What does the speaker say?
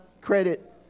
credit